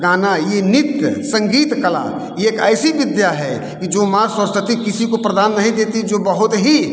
गाना यह नृत्य संगीत कला यह एक ऐसी विद्या है कि जो माँ सरस्वती किसी को प्रदान नहीं देती जो बहुत ही